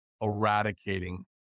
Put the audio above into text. eradicating